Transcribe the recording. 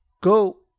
go